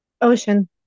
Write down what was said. Ocean